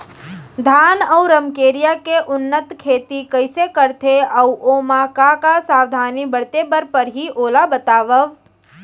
धान अऊ रमकेरिया के उन्नत खेती कइसे करथे अऊ ओमा का का सावधानी बरते बर परहि ओला बतावव?